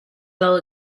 blow